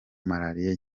marariya